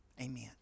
Amen